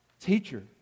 Teacher